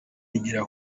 igera